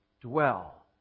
dwell